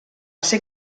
ser